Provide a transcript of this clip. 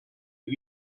new